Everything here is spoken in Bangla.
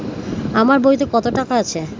আমার বইতে কত টাকা আছে?